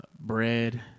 bread